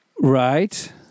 Right